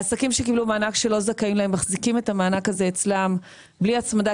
העסקים שקיבלו מענק שלא זכאים לו מחזיקים את המענק הזה אצלם בלי הצמדה,